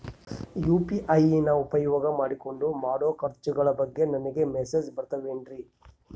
UPI ನ ಉಪಯೋಗ ಮಾಡಿಕೊಂಡು ಮಾಡೋ ಖರ್ಚುಗಳ ಬಗ್ಗೆ ನನಗೆ ಮೆಸೇಜ್ ಬರುತ್ತಾವೇನ್ರಿ?